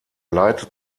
leitet